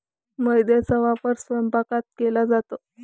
मैद्याचा वापर स्वयंपाकात केला जातो